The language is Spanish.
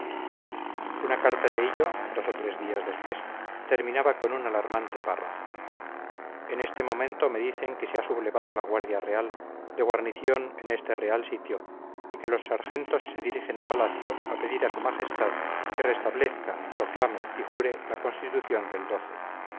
una carta de hillo dos o tres días después terminaba con un alarmante párrafo en este momento me dicen que se ha sublevado la guardia real de guarnición en este real sitio y que los sargentos se dirigen a palacio a pedir a su majestad que restablezca proclame y jure la constitución del dios